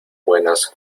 buenas